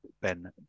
Ben